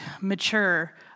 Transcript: mature